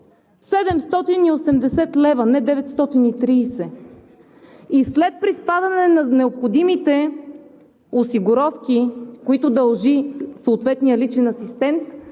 780 лв., не 930 лв. И след приспадане на необходимите осигуровки, които дължи съответният личен асистент,